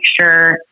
sure